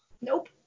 Nope